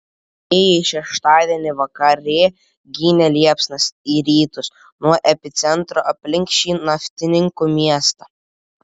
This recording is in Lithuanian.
vėjai šeštadienį vakarė ginė liepsnas į rytus nuo epicentro aplink šį naftininkų miestą